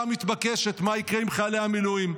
המתבקשת: מה יקרה עם חיילי המילואים?